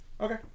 Okay